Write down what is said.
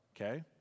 okay